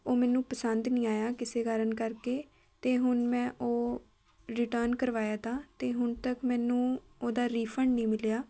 ਉਹ ਮੈਨੂੰ ਪਸੰਦ ਨਹੀਂ ਆਇਆ ਕਿਸੇ ਕਾਰਨ ਕਰਕੇ ਤੇ ਹੁਣ ਮੈਂ ਉਹ ਰਿਟਰਨ ਕਰਵਾਇਆ ਤਾ ਅਤੇ ਹੁਣ ਤੱਕ ਮੈਨੂੰ ਉਹਦਾ ਰੀਫੰਡ ਨਹੀਂ ਮਿਲਿਆ